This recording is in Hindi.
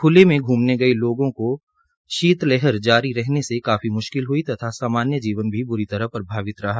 खुले में घुमने गये लोगों को शीतलहर जारी रहनेसे काफी मुश्किल हई तथा सामान्य जन जीवन भी ब्री तहर प्रभावित रहा